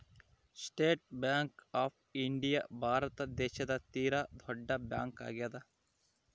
state Bank of India Bharat ದೇಶದ ತೀರ ದೊಡ್ಡ ಬ್ಯಾಂಕ್ ಆಗ್ಯಾದ